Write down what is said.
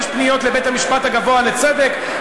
יש פניות לבית-המשפט הגבוה לצדק,